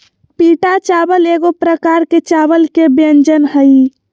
पीटा चावल एगो प्रकार के चावल के व्यंजन हइ